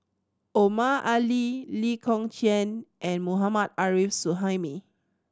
Omar Ali Lee Kong Chian and Mohammad Arif Suhaimi